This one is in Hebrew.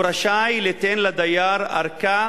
הוא רשאי ליתן לדייר ארכה